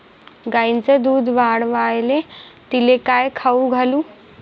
गायीचं दुध वाढवायले तिले काय खाऊ घालू?